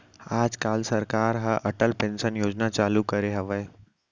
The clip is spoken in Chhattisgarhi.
आज काल सरकार ह अटल पेंसन योजना चालू करे हवय